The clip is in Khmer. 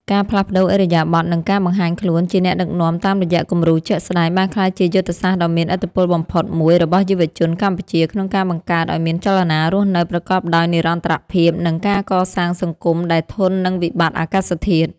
ការផ្លាស់ប្តូរឥរិយាបថ និងការបង្ហាញខ្លួនជាអ្នកដឹកនាំតាមរយៈគំរូជាក់ស្តែង បានក្លាយជាយុទ្ធសាស្ត្រដ៏មានឥទ្ធិពលបំផុតមួយរបស់យុវជនកម្ពុជា ក្នុងការបង្កើតឱ្យមានចលនារស់នៅប្រកបដោយនិរន្តរភាព និងការកសាងសង្គមដែលធន់នឹងវិបត្តិអាកាសធាតុ។